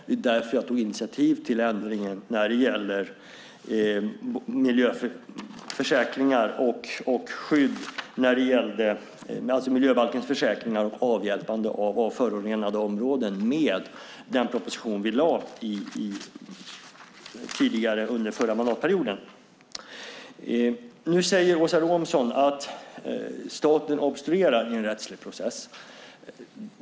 Det är därför jag tog initiativ till ändringen när det gäller miljöbalkens försäkringar och avhjälpande av förorenade områden med den proposition vi lade tidigare under förra mandatperioden. Nu säger Åsa Romson att staten obstruerar i en rättslig process.